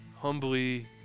humbly